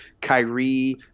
Kyrie